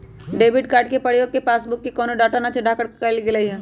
debit card के प्रयोग से पासबुक पर कोनो डाटा न चढ़ाएकर गेलइ ह